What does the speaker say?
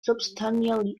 substantially